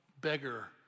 beggar